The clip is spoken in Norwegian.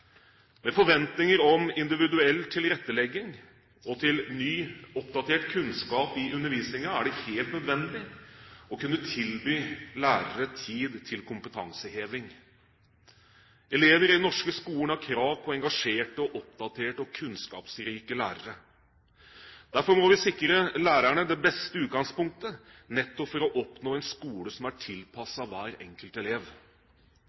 Med forventninger om individuell tilrettelegging og ny oppdatert kunnskap i undervisningen er det helt nødvendig å kunne tilby lærere tid til kompetanseheving. Elever i den norske skolen har krav på engasjerte, oppdaterte og kunnskapsrike lærere. Derfor må vi sikre lærerne det beste utgangspunktet nettopp for å få en skole som er tilpasset hver enkelt elev.